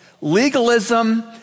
Legalism